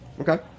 Okay